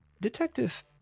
Detective